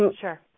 Sure